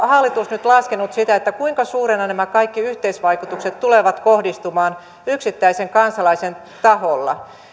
hallitus nyt laskenut sitä kuinka suurina nämä kaikki yhteisvaikutukset tulevat kohdistumaan yksittäisen kansalaisen taholla